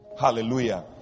Hallelujah